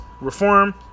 reform